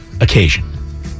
occasion